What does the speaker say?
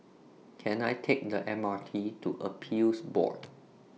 Can I Take The M R T to Appeals Board